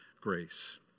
grace